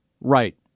Right